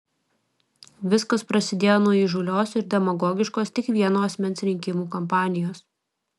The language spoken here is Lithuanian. viskas prasidėjo nuo įžūlios ir demagogiškos tik vieno asmens rinkimų kampanijos